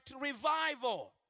revival